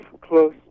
close